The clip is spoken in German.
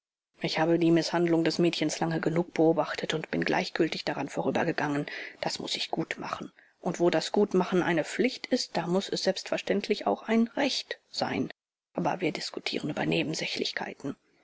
ich habe die mißhandlung des mädchens lange genug beobachtet und bin gleichgültig daran vorübergegangen das muß ich gutmachen und wo das gutmachen eine pflicht ist da muß es selbstverständlich auch ein recht sein aber wir diskutieren über nebensächlichkeiten